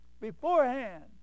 beforehand